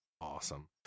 awesome